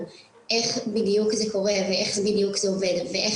ואם באים ומסבירים לנו איך בדיוק זה קורה ואיך זה עובד ואיך